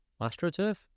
AstroTurf